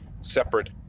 separate